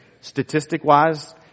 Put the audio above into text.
statistic-wise